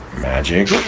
Magic